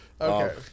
Okay